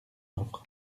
offre